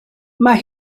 mae